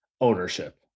ownership